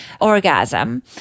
orgasm